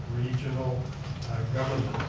regional government